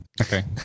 Okay